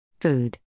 Food